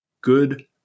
good